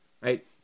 right